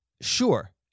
sure